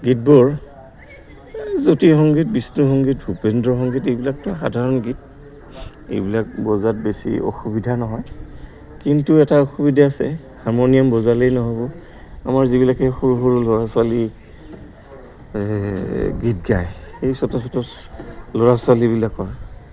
গীতবোৰ জ্যোতি সংগীত বিষ্ণু সংগীত ভূপেন্দ্ৰ সংগীত এইবিলাকতো সাধাৰণ গীত এইবিলাক বজোৱাত বেছি অসুবিধা নহয় কিন্তু এটা অসুবিধা আছে হাৰমনিয়াম বজালেই নহ'ব আমাৰ যিবিলাকে সৰু সৰু ল'ৰা ছোৱালী গীত গায় সেই ল'ৰা ছোৱালীবিলাকৰ